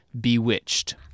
bewitched